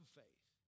faith